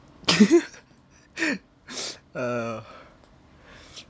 uh